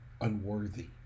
unworthy